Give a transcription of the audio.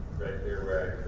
here where